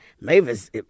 Mavis